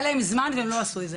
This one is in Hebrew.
היה להם זמן והם לא עשו את זה.